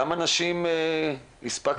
כמה אנשים הספקת?